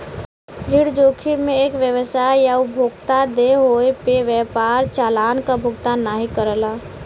ऋण जोखिम में एक व्यवसाय या उपभोक्ता देय होये पे व्यापार चालान क भुगतान नाहीं करला